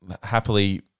happily